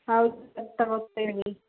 ಹೌದು ಸರ್ ತಗೊತ ಇದ್ದೀವಿ